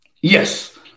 Yes